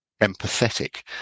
empathetic